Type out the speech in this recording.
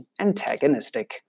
antagonistic